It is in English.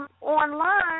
online